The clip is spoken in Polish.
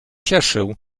cieszył